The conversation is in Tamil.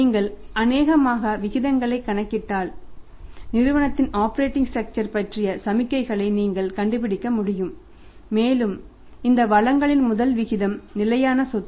நீங்கள் அநேகமாக விகிதங்களை கணக்கிட்டால் நிறுவனத்தின் ஆப்பரேட்டிங் ஸ்ட்ரக்சர் பற்றிய சமிக்ஞைகளை நீங்கள் கண்டுபிடிக்க முடியும் மேலும் இந்தவளங்களின் முதல் விகிதம் நிலையான சொத்து